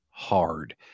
hard